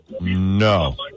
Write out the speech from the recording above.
No